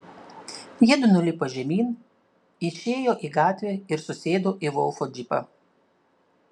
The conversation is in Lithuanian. jiedu nulipo žemyn išėjo į gatvę ir susėdo į volfo džipą